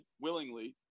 willingly